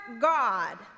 God